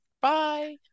Bye